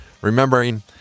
Remembering